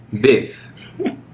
Beef